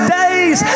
days